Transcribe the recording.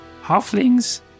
halflings